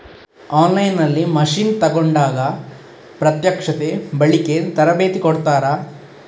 On line ನಲ್ಲಿ machine ತೆಕೋಂಡಾಗ ಪ್ರತ್ಯಕ್ಷತೆ, ಬಳಿಕೆ, ತರಬೇತಿ ಕೊಡ್ತಾರ?